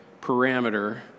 parameter